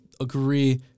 agree